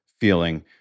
feeling